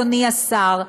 אדוני השר,